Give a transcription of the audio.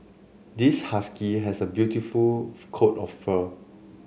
this husky has a beautiful coat of fur